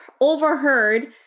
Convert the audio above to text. overheard